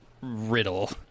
riddle